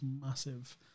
massive